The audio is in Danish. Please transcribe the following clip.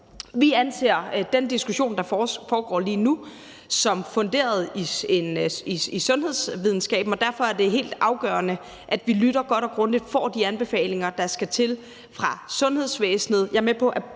Vi anser den diskussion, der foregår lige nu, som funderet i sundhedsvidenskaben, og derfor er det helt afgørende, at vi lytter godt og grundigt og får de anbefalinger, der skal til, fra sundhedsvæsenet.